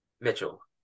Mitchell